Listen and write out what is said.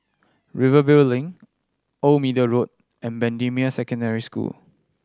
Rivervale Link Old Middle Road and Bendemeer Secondary School